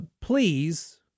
please